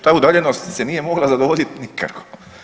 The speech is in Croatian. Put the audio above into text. Ta udaljenost se nije mogla zadovoljiti nikako.